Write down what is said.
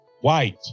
white